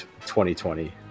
2020